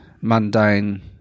mundane